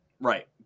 Right